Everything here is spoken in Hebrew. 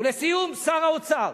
ולסיום, שר האוצר